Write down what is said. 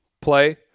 play